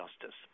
Justice